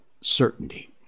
certainty